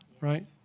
right